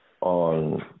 on